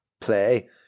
play